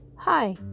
Hi